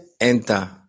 enter